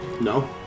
No